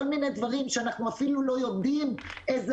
כל מיני דברים שאנחנו אפילו לא יודעים איזה